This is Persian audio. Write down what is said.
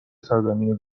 سرزمین